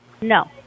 No